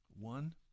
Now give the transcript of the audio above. One